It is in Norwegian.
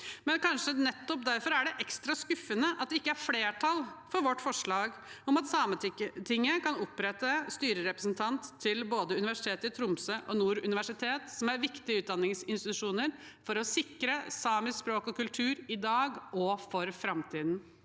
dagen! Kanskje nettopp derfor er det ekstra skuffende at det ikke er flertall for vårt forslag om at Sametinget kan opprette styrerepresentant til både Universitetet i Tromsø og Nord universitet, som er viktige utdanningsinstitusjoner for å sikre samisk språk og kultur i dag og for framtiden.